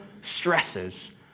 stresses